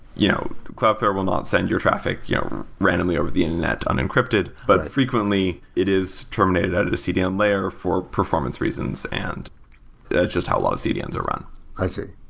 you know cloudflare will not send your traffic yeah randomly over the internet unencrypted. but frequently, it is terminated out of the cdm layer for performance reasons, and that's just how a lot of cdms are run i see.